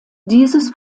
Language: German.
dieses